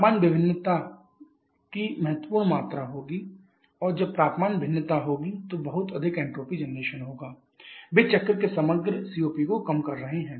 तापमान भिन्नता की महत्वपूर्ण मात्रा होगी और जब तापमान भिन्नता होगी तो बहुत अधिक एन्ट्रापी जनरेशन होगा वे चक्र के समग्र सीओपी को कम कर रहे हैं